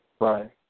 Right